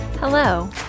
Hello